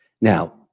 Now